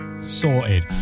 Sorted